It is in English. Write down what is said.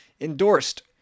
endorsed